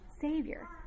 Savior